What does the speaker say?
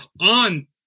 on